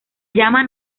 llama